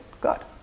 God